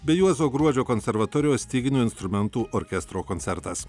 bei juozo gruodžio konservatorijos styginių instrumentų orkestro koncertas